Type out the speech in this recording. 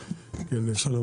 שלום,